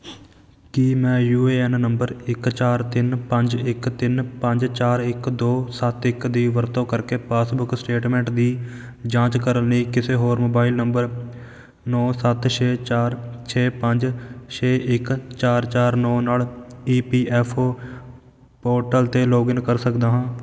ਕੀ ਮੈਂ U A N number ਇੱਕ ਚਾਰ ਤਿੰਨ ਪੰਜ ਇੱਕ ਤਿੰਨ ਪੰਜ ਚਾਰ ਇੱਕ ਦੋ ਸੱਤ ਇੱਕ ਦੀ ਵਰਤੋਂ ਕਰਕੇ ਪਾਸਬੁੱਕ ਸਟੇਟਮੈਂਟ ਦੀ ਜਾਂਚ ਕਰਨ ਲਈ ਕਿਸੇ ਹੋਰ ਮੋਬਾਈਲ ਨੰਬਰ ਨੌ ਸੱਤ ਛੇ ਚਾਰ ਛੇ ਪੰਜ ਛੇ ਇੱਕ ਚਾਰ ਚਾਰ ਨੌ ਨਾਲ E P F O portal 'ਤੇ ਲੌਗਇਨ ਕਰ ਸਕਦਾ ਹਾਂ